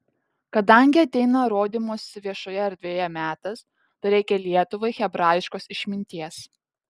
kadangi ateina rodymosi viešoje erdvėje metas tai reikia lietuvai hebrajiškos išminties